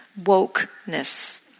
wokeness